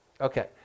Okay